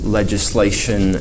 legislation